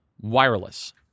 Wireless